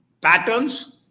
patterns